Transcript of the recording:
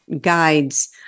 guides